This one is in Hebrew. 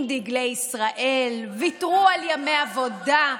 עם דגלי ישראל, ויתרו על ימי עבודה,